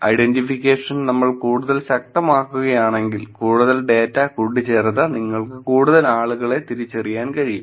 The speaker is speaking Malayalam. ഐഡന്റിഫിക്കേഷൻ നമ്മൾ കൂടുതൽ ശക്തമാക്കുകയാണെങ്കിൽ കൂടുതൽ ഡാറ്റ കൂട്ടിച്ചേർത്ത് നിങ്ങൾക്ക് കൂടുതൽ ആളുകളെ തിരിച്ചറിയാൻ കഴിയും